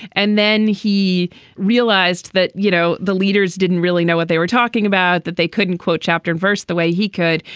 and then he realized that, you know, the leaders didn't really know what they were talking about, that they couldn't quote chapter and verse the way he could.